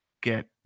get